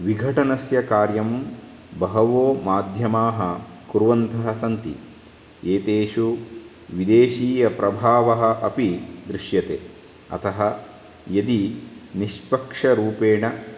विघटनस्य कार्यं बहवो माध्यमाः कुर्वन्तः सन्ति एतेषु विदेशीयप्रभावः अपि दृश्यते अतः यदि निष्पक्षरूपेण